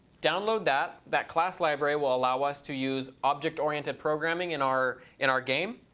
download that. that class library will allow us to use object oriented programming in our in our game.